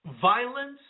Violence